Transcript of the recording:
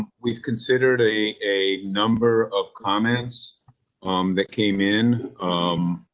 we've considered a a number of comments um that came in um.